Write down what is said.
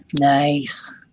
nice